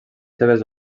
seves